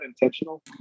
intentional